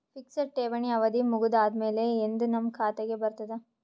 Fixed ಠೇವಣಿ ಅವಧಿ ಮುಗದ ಆದಮೇಲೆ ಎಂದ ನಮ್ಮ ಖಾತೆಗೆ ಬರತದ?